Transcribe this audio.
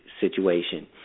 situation